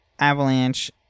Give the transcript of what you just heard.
Avalanche